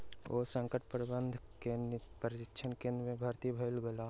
ओ संकट प्रबंधन के प्रशिक्षण केंद्र में भर्ती भ गेला